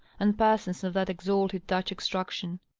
and persons of that exalted dutch extraction.